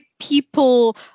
people